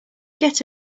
get